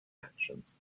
actions